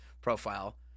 profile